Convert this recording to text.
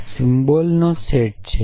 આ સિમ્બોલનો સેટ છે